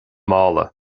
mála